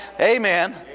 Amen